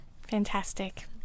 Fantastic